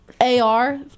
AR